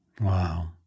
Wow